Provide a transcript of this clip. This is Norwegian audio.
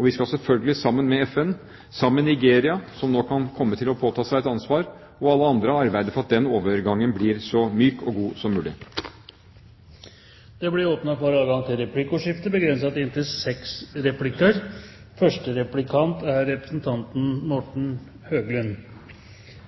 Vi skal selvfølgelig sammen med FN, sammen med Nigeria, som nå kan komme til å påta seg et ansvar, og alle andre, arbeide for at den overgangen blir så myk og god som mulig. Det blir åpnet for